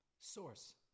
Source